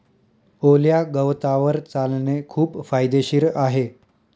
ओल्या गवतावर चालणे खूप फायदेशीर आहे